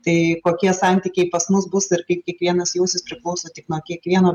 tai kokie santykiai pas mus bus ir kaip kiekvienas jausis priklauso tik nuo kiekvieno